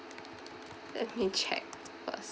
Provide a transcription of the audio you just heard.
let me check first